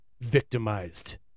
victimized